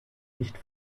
nicht